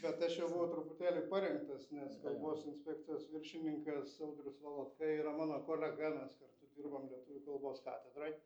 bet aš jau buvo truputėlį parengtas nes kalbos inspekcijos viršininkas audrius valotka yra mano kolega mes kartu dirbam lietuvių kalbos katedroj